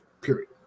Period